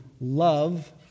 love